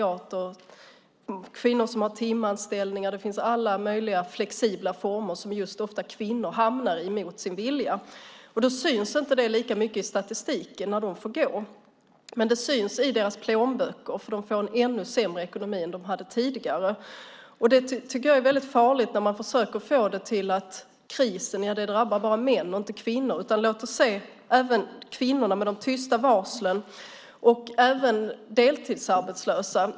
Det är kvinnor som har timanställning och alla möjliga flexibla former som ofta kvinnor hamnar i mot sin vilja. Det syns inte lika mycket i statistiken när de får gå. Men det syns i deras plånböcker, eftersom de får en ännu sämre ekonomi än vad de hade tidigare. Det är väldigt farligt när man försöker få det till att det bara drabbar män och inte kvinnor. Det drabbar även kvinnorna med de tysta varslen och deltidsarbetslösa.